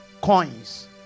coins